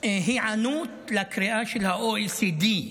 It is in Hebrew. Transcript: היענות לקריאה של ה-OECD.